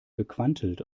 gequantelt